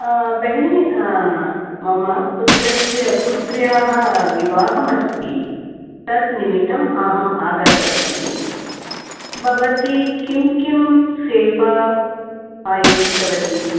बहिनी मम पुत्रस्य पुत्र्याः विवाहमस्ति तत् निमित्तम् अहम् आगतवती भवती किं किं सेवा आयोजितवती